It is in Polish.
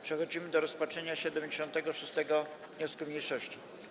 Przechodzimy do rozpatrzenia 76. wniosku mniejszości.